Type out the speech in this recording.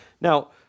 Now